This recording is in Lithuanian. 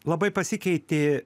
labai pasikeitė